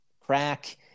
crack